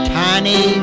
tiny